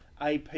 AP